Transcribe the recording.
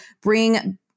bring